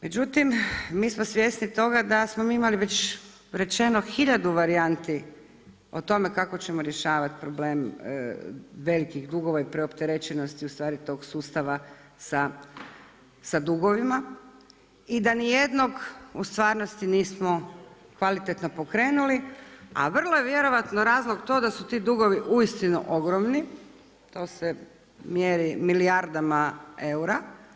Međutim mi smo svjesni toga da smo mi imali već rečeno hiljadu varijanti o tome kako ćemo rješavati problem velikih dugova i preopterećenosti ustvari tog sustava sa dugovima i da nijednog u stvarnosti nismo kvalitetno pokrenuli, a vrlo vjerojatno razlog to da su ti dugovi uistinu ogromni, to se mjeri milijardama eura.